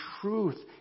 truth